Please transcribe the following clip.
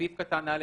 סעיף קטן א',